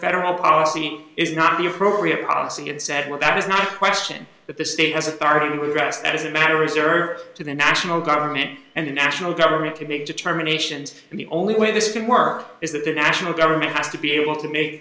federal policy is not the appropriate policy and said well that is not a question that the state has authority without as a matter is there are to the national government and the national government to make determinations and the only way this can work is that the national government has to be able to make